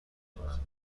کنم